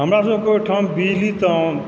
हमरा सभके बिजली तऽ